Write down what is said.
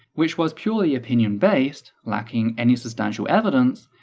which was purely opinion-based, lacking any substantial evidence,